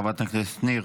חברת הכנסת ניר.